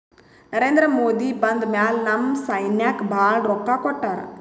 ನರೇಂದ್ರ ಮೋದಿ ಬಂದ್ ಮ್ಯಾಲ ನಮ್ ಸೈನ್ಯಾಕ್ ಭಾಳ ರೊಕ್ಕಾ ಕೊಟ್ಟಾರ